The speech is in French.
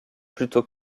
plutôt